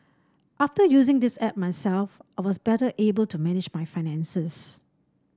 after using this app myself I was better able to manage my finances